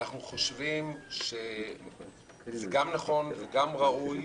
אנחנו חושבים שזה נכון וראוי,